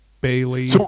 bailey